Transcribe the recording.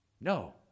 No